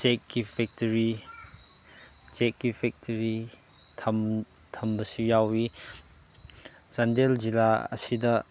ꯆꯦꯛꯀꯤ factory ꯆꯦꯛꯀꯤ factory ꯊꯝꯕꯁꯨ ꯌꯥꯎꯏ ꯆꯥꯟꯗꯦꯜ ꯖꯤꯂꯥ ꯑꯁꯤꯗ